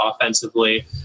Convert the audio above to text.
offensively